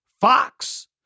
Fox